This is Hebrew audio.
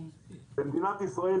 במדינת ישראל,